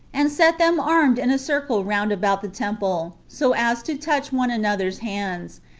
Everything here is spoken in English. and set them armed in a circle round about the temple, so as to touch one another's hands,